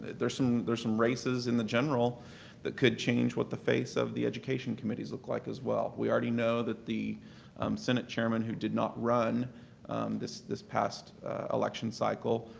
there's some there's some races in the general that could change what the face of the education committees look like as well. we already know that the senate chairman who did not run this this past election cycle,